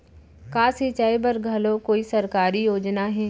का सिंचाई बर घलो कोई सरकारी योजना हे?